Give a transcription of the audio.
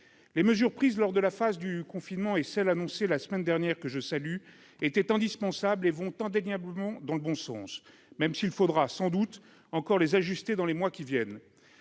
Les mesures prises lors de la phase de confinement et celles annoncées la semaine dernière, que je salue, étaient indispensables. Elles vont indéniablement dans le bon sens, même s'il faudra sans doute encore les ajuster dans les mois qui viennent.